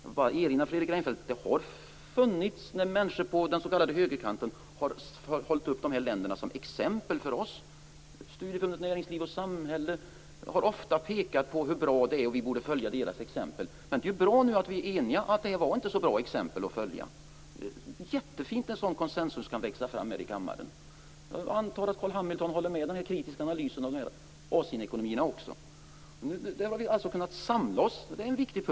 Jag vill då erinra Fredrik Reinfeldt om att det har förekommit att människor på den s.k. högerkanten har hållit upp de här länderna som exempel för oss. Studieförbundet Näringsliv och Samhälle har ofta pekat på hur bra de är och att vi borde följa deras exempel. Det är bra att vi nu är eniga om att detta inte var sådana bra exempel att följa. Det är jättefint att en sådan konsensus kan växa fram här i kammaren. Jag antar att också Carl Hamilton håller med i den kritiska analysen av Asienekonomierna. Där har vi alltså kunnat samla oss. Det är viktigt.